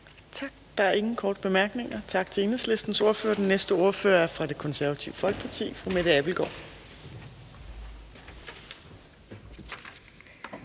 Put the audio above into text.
Tak. Der er ingen korte bemærkninger. Tak til Enhedslistens ordfører. Den næste ordfører er fra Det Konservative Folkeparti. Fru Mette Abildgaard,